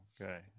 okay